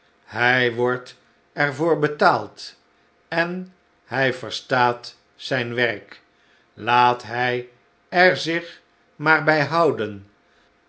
hij wordt er voor betaald en hij verstaat zijn werk laat hij er zich maar bij houden